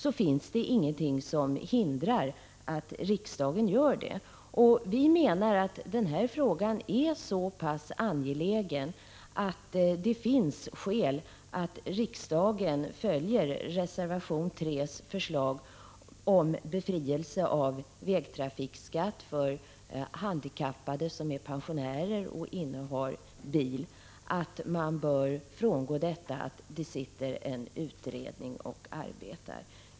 Vi menar att denna fråga är så pass angelägen att det finns skäl att riksdagen följer förslaget i reservation 3 om befrielse från vägtrafikskatt för handikappade som är pensionärer och innehar bil.